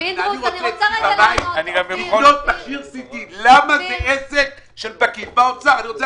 לרכוש מכשיר של CT זה עסק של פקיד באוצר?